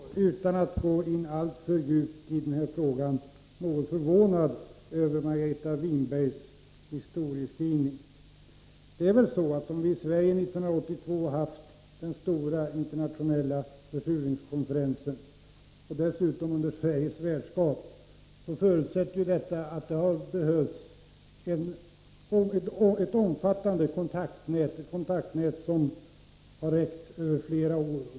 Herr talman! Utan att gå alltför djupt in i denna fråga vill jag säga att också jag blev något förvånad över Margareta Winbergs historieskrivning. Sverige har under 1982 stått som värd för den stora internationella försurningskonferensen, och en förutsättning för att klara detta har varit ett omfattande kontaktnät, som har upprätthållits under flera år.